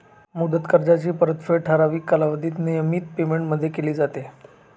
मुदत कर्जाची परतफेड ठराविक कालावधीत नियमित पेमेंटमध्ये केली जाते